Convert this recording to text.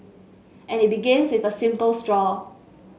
and it begins with a simple straw